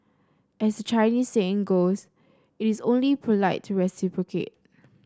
as the Chinese saying goes it is only polite to reciprocate